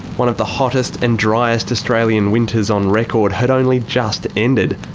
one of the hottest and driest australian winters on record had only just ended,